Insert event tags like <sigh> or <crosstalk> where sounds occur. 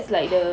<breath>